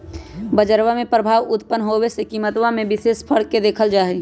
बजरवा में प्रभाव उत्पन्न होवे से कीमतवा में विशेष फर्क के देखल जाहई